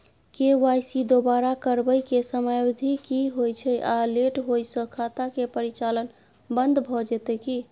KYC दोबारा करबै के समयावधि की होय छै आ लेट होय स खाता के परिचालन बन्द भ जेतै की?